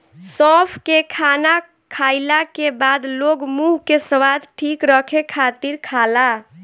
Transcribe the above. सौंफ के खाना खाईला के बाद लोग मुंह के स्वाद ठीक रखे खातिर खाला